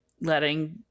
letting